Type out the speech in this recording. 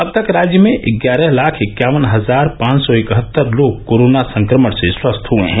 अब तक राज्य में ग्यारह लाख इक्यावन हजार पांच सौ इकहत्तर लोग कोरोना संक्रमण से स्वस्थ हुए हैं